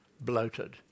bloated